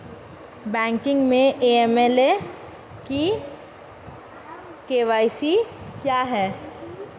Banking में AML और KYC क्या हैं?